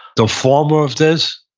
the former of this,